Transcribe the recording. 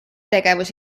tegevus